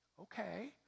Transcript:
Okay